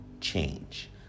change